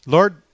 Lord